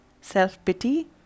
self-pity